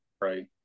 right